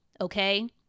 okay